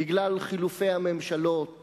בגלל חילופי הממשלות